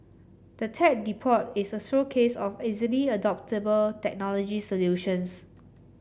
the Tech Depot is a showcase of easily adoptable technology solutions